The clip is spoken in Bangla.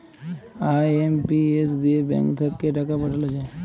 আই.এম.পি.এস দিয়ে ব্যাঙ্ক থাক্যে টাকা পাঠাল যায়